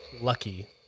lucky